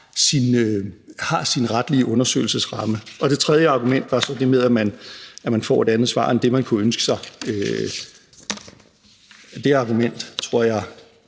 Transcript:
har sin retlige undersøgelsesramme. Det tredje argument var så det med, at man får et andet svar end det, man kunne ønske sig. Det argument tror jeg